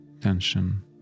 tension